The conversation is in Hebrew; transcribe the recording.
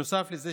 נוסף לזה,